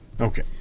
Okay